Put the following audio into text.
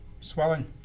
Swelling